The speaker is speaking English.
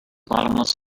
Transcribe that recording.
bottomless